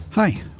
Hi